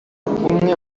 umwe